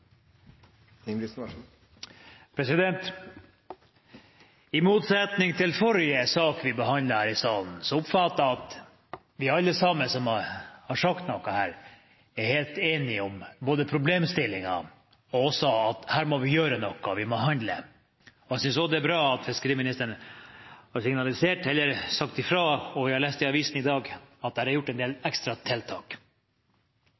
beholde. I motsetning til i forrige sak vi behandlet i salen, oppfatter jeg at alle som har sagt noe her, er helt enige, både om problemstillingen og om at her må vi gjøre noe – vi må handle. Jeg synes også det er bra at fiskeriministeren har signalisert, eller sagt ifra om – og vi har lest i avisen i dag – at det er gjort en del ekstra tiltak. Nofima-undersøkelsen, som interpellanten viser til, har jeg vært en del